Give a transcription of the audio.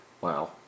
Wow